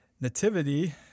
nativity